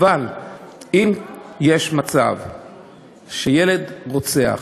אבל אם יש מצב שילד רוצח,